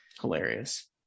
hilarious